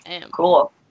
Cool